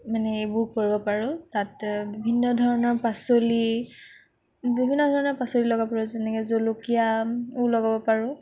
মানে এইবোৰ কৰিব পাৰোঁ তাত বিভিন্ন ধৰণৰ পাচলি বিভিন্ন ধৰণৰ পাচলি লগাব পাৰোঁ যেনেকে জলকীয়াও লগাব পাৰোঁ